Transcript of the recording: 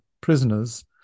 prisoners